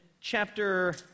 chapter